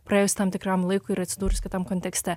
praėjus tam tikram laikui ir atsidūrus kitam kontekste